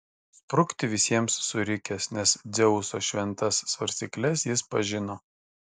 sprukti visiems surikęs nes dzeuso šventas svarstykles jis pažino